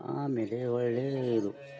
ಆಮೇಲೆ ಒಳ್ಳೇಯ ಇದು